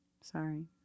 Sorry